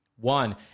one